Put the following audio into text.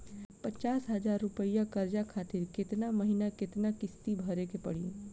पचास हज़ार रुपया कर्जा खातिर केतना महीना केतना किश्ती भरे के पड़ी?